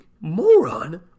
moron